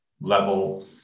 level